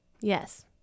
Yes